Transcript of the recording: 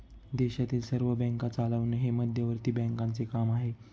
देशातील सर्व बँका चालवणे हे मध्यवर्ती बँकांचे काम आहे